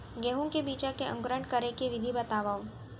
गेहूँ बीजा के अंकुरण करे के विधि बतावव?